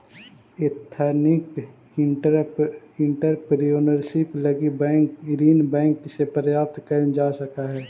ethnic entrepreneurship लगी ऋण bank से प्राप्त कैल जा सकऽ हई